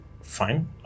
Fine